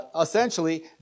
Essentially